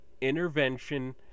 intervention